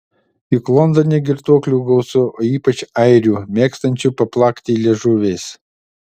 juk londone girtuoklių gausu o ypač airių mėgstančių paplakti liežuviais